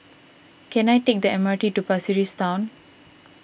can I take the M R T to Pasir Ris Town